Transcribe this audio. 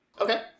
Okay